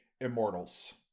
Immortals